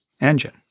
engine